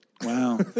Wow